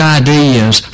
ideas